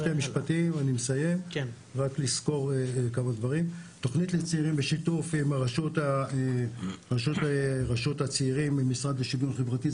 תוכנית לצעירים בשיתוף עם רשות הצעירים במשרד לשוויון חברתי,